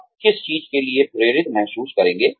आप किस चीज के लिए प्रेरित महसूस करेंगे